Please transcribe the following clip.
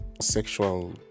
sexual